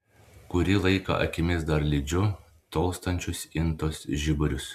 kurį laiką akimis dar lydžiu tolstančius intos žiburius